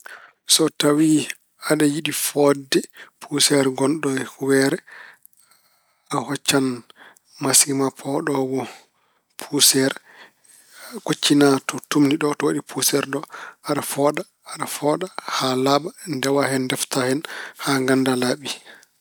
So tawi aɗa yiɗi fooɗde puuseer gonɗo e humbere, a hoccan masiŋ ma poɗoowo puuseer. Kuccina to tuumni ɗo, to waɗi puuseer ɗo. Aɗa fooɗa, aɗa fooɗa haa laaɓa. Ndewa hen ndefta hen haa ngannda laaɓi.